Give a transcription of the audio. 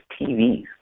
TVs